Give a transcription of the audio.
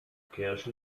kirche